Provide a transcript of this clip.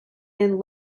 and